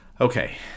okay